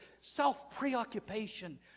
self-preoccupation